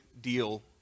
deal